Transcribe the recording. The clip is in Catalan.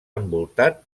envoltat